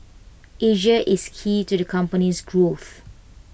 Asia is key to the company's growth